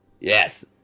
Yes